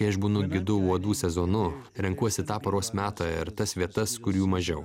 kai aš būnu gidu uodų sezonu renkuosi tą paros metą ir tas vietas kur jų mažiau